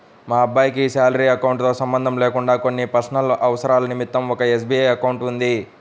మా అబ్బాయికి salary account తో సంబంధం లేకుండా కొన్ని పర్సనల్ అవసరాల నిమిత్తం ఒక ఎస్.బీ.ఐ అకౌంట్ ఉంది